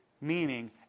meaning